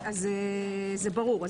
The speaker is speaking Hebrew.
זה ברור.